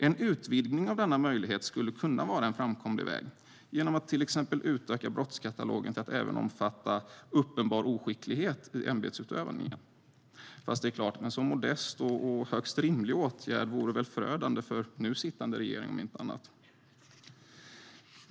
En utvidgning av denna möjlighet skulle kunna vara en framkomlig väg, genom att till exempel utöka brottskatalogen till att även omfatta uppenbar oskicklighet i ämbetsutövningen. Fast det är klart, en så modest och högst rimlig åtgärd vore väl förödande för nu sittande regering, om inte annat.